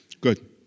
Good